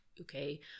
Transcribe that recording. okay